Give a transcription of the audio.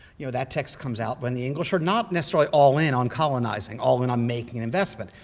you know that text comes out when the english are not necessarily all in on colonizing, all in on making an investment.